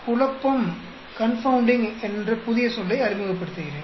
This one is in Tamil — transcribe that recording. குழப்பம் என்று ஒரு புதிய சொல்லை அறிமுகப்படுத்துகிறேன்